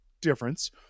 difference